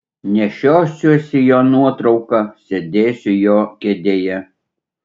nešiosiuosi jo nuotrauką sėdėsiu jo kėdėje